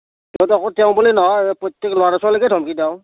তেওঁ বুলি নহয় প্ৰত্যেক ল'ৰা ছোৱালীকে ধমকি দিওঁ